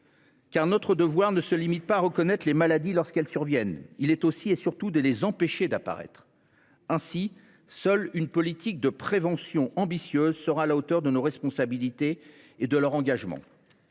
Notre devoir ne se limite pas à reconnaître les maladies lorsqu’elles surviennent ; il est aussi, et surtout, de les empêcher d’apparaître. Ainsi, seule une politique de prévention ambitieuse sera à la hauteur de nos responsabilités et de leur engagement.